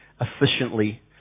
efficiently